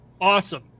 Awesome